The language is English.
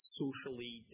socially